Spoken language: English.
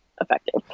effective